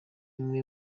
umwe